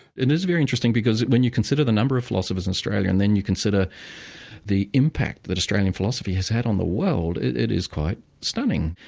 it is very interesting because when you consider the number of philosophers in australia and then you consider the impact that australian philosophy has had on the world, it it is quite stunning.